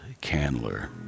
Candler